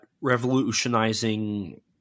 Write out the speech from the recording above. revolutionizing